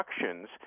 instructions